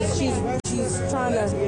אגב,